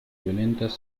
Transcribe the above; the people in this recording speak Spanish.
violentas